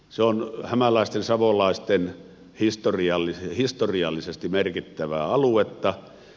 se on hämäläisten ja savolaisten historiallisesti merkittävää aluetta